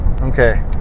Okay